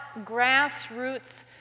grassroots